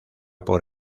por